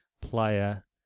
player